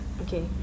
Okay